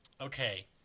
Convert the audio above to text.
okay